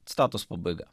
citatos pabaiga